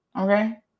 Okay